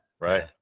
Right